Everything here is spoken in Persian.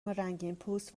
رنگینپوست